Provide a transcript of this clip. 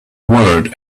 word